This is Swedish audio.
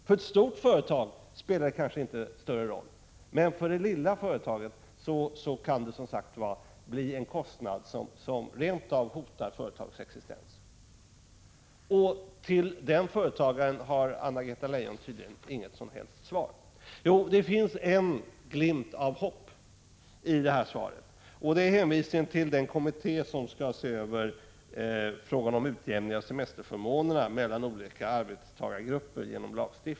För ett stort företag spelar den kanske inte någon större roll, men för det lilla företaget kan det som sagt bli fråga om en kostnad som rent av hotar företagets existens. Till dessa företagare har Anna-Greta Leijon tydligen inget som helst besked att ge. Det finns dock en glimt av hopp i svaret. Det är hänvisningen till den kommitté som skall se över frågan om utjämning genom lagstiftning av semesterförmånerna mellan olika arbetstagargrupper.